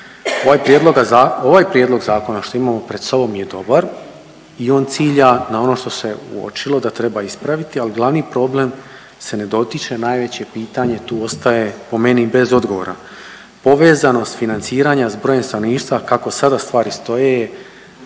Ovaj prijedlog zakona što imamo pred sobom je dobar i on cilja na ono što se uočilo da treba ispraviti, a glavni problem se ne dotiče. Najveće pitanje tu ostaje po meni bez odgovora. Povezanost financiranja sa brojem stanovništva kako sada stvari stoje